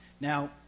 Now